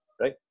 right